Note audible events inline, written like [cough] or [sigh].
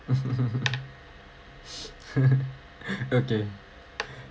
[laughs] okay